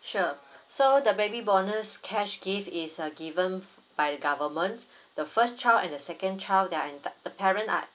sure so the baby bonus cash gift is err given by the government the first child and the second child they're entitl~ the parent are